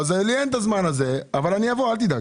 אז לי אין את הזמן הזה אבל אני אבוא, אל תדאג.